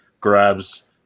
grabs